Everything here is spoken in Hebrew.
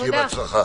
שיהיה בהצלחה.